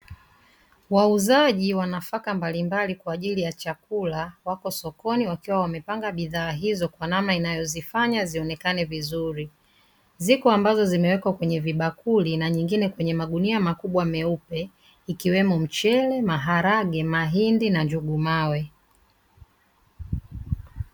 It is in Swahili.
Wauzaji wa nafaka mbalimbali kwaajili ya chakula wako sokoni wakiwa wamepanga bidhaa hizo kwa namna inayozifanya zionekane vizuri. Ziko ambazo zimewekwa kwenye vibakuli na nyingine kwenye magunia makubwa meupe yakiwepo mchele, maharage, mahindi na njugu mawe.